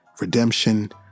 redemption